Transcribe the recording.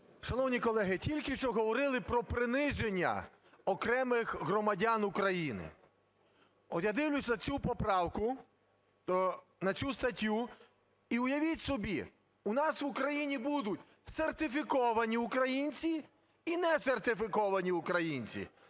Шановні колеги, тільки що говорили про приниження окремих громадян України. От я дивлюся на цю поправку, на цю статтю, і уявіть собі, у нас в Україні будуть сертифіковані українці і несертифіковані українці.